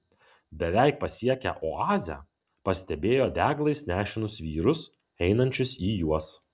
beveik pasiekę oazę pastebėjo deglais nešinus vyrus einančius į juos